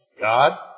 God